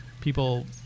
People